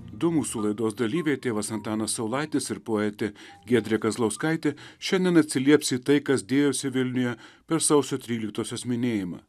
du mūsų laidos dalyviai tėvas antanas saulaitis ir poetė giedrė kazlauskaitė šiandien atsilieps į tai kas dėjosi vilniuje per sausio tryliktosios minėjimą